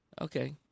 Okay